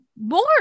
more